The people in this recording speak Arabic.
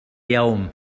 يوم